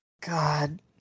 god